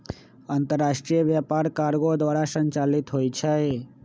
अंतरराष्ट्रीय व्यापार कार्गो द्वारा संचालित होइ छइ